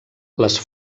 les